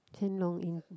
Quan-Long in